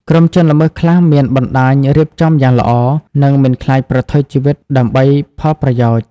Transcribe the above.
ក្រុមជនល្មើសខ្លះមានបណ្តាញរៀបចំយ៉ាងល្អ និងមិនខ្លាចប្រថុយជីវិតដើម្បីផលប្រយោជន៍។